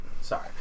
sorry